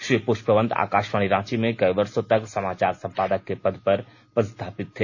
श्री प्रष्पवंत आकाषवाणी रांची में कई वर्षो तक संमाचार संपादक के पर पर पदस्थापित रहे